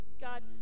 God